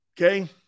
Okay